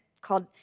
called